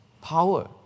power